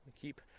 keep